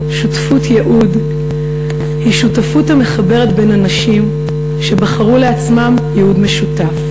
"שותפות ייעוד" היא שותפות המחברת אנשים שבחרו לעצמם ייעוד משותף.